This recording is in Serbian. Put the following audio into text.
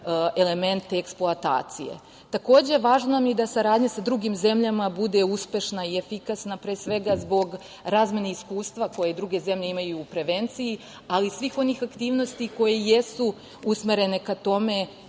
elemente eksploatacije. Važno nam je da saradnja sa drugim zemljama bude uspešna i efikasna, pre svega, zbog razmene iskustva koje druge zemlje imaju u prevenciju, ali i svih onih aktivnosti koje jesu usmerene ka tome,